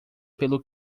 pelo